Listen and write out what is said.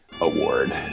award